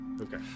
Okay